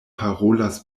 parolas